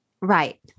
Right